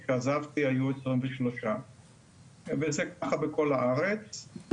וכשעזבתי היו 23. זה ככה בכל הארץ,